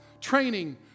Training